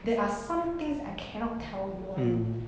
there are some things I cannot tell you [one]